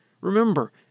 Remember